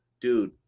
dude